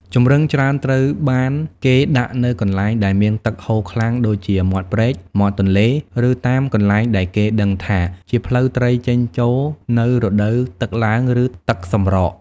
ចម្រឹងច្រើនត្រូវបានគេដាក់នៅកន្លែងដែលមានទឹកហូរខ្លាំងដូចជាមាត់ព្រែក មាត់ទន្លេ ឬតាមកន្លែងដែលគេដឹងថាជាផ្លូវត្រីចេញចូលនៅរដូវទឹកឡើងឬទឹកសម្រក។